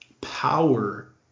power